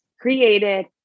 created